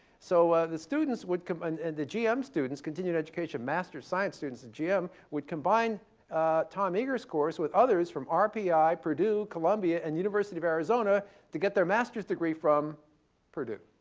so the students would come and and the gm students, continuing education master's science students at gm, would combine tom eagar's course with others from rpi, purdue, columbia, and university of arizona to get their master's degree from purdue.